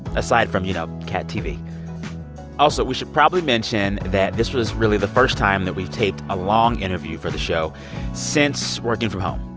aside from, you know, catv also, we should probably mention that this was really the first time that we've taped a long interview for the show since working from home.